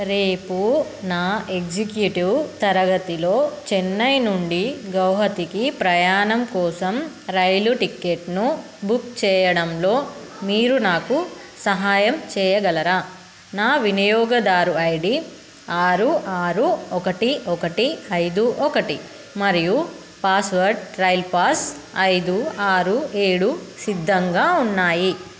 రేపు నా ఎగ్జిక్యూటివ్ తరగతిలో చెన్నై నుండి గౌహతికి ప్రయాణం కోసం రైలు టిక్కెట్ను బుక్ చేయడంలో మీరు నాకు సహాయం చేయగలరా నా వినియోగదారు ఐ డీ ఆరు ఆరు ఒకటి ఒకటి ఐదు ఒకటి మరియు పాస్వర్డ్ రైల్ పాస్ ఐదు ఆరు ఏడు సిద్ధంగా ఉన్నాయి